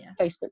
Facebook